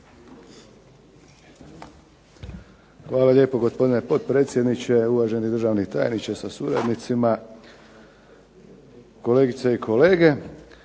Hvala lijepo gospodine potpredsjedniče, uvaženi državni tajniče sa suradnicima, kolegice i kolege.